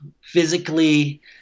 physically